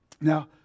Now